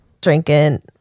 Drinking